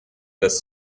dass